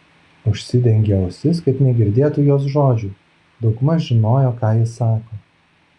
užsidengė ausis kad negirdėtų jos žodžių daugmaž žinojo ką ji sako